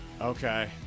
Okay